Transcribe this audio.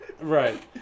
Right